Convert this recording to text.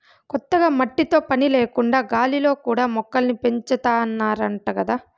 కొత్తగా మట్టితో పని లేకుండా గాలిలో కూడా మొక్కల్ని పెంచాతన్నారంట గదా